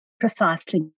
precisely